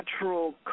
natural